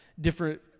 different